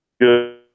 good